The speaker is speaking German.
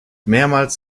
mehrmals